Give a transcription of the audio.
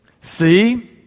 See